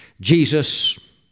Jesus